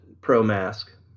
pro-mask